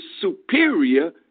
superior